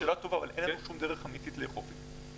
אתה יורד לסוף דעתי או אני אתמקד?